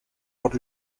por